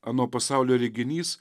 ano pasaulio reginys